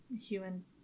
Human